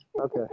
Okay